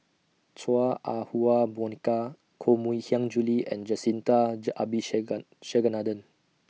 Chua Ah Huwa Monica Koh Mui Hiang Julie and Jacintha